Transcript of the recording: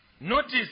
Notice